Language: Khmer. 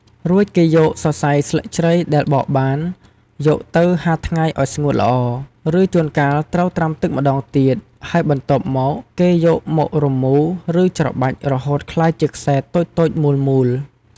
រួចគេយកសរសៃស្លឹកជ្រៃដែលបកបាន ត្រូវយកទៅហាលថ្ងៃឲ្យស្ងួតល្អ ឬជួនកាលត្រូវត្រាំទឹកម្ដងទៀត ហើយបន្ទាប់មក គេយកមក រមូរ ឬច្របាច់ រហូតក្លាយជាខ្សែតូចៗមូលៗ។